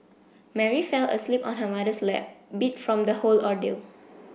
Mary fell asleep on her mother's lap beat from the whole ordeal